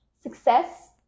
success